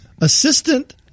Assistant